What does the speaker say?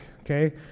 okay